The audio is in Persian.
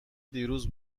دیروز